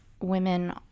women